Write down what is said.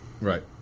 Right